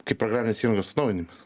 kaip programinės įrangos atnaujinimas